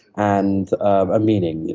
and a meaning,